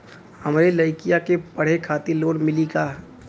हमरे लयिका के पढ़े खातिर लोन मिलि का?